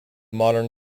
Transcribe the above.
modern